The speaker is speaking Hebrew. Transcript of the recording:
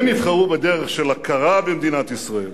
אם הם יבחרו בדרך של הכרה במדינת ישראל